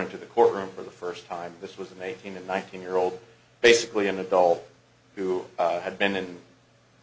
into the courtroom for the first time this was an eighteen and nineteen year old basically an adult who had been in